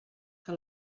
que